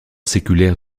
séculaire